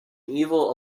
evil